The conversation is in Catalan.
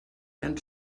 tan